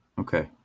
Okay